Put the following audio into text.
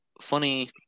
funny